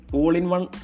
All-in-one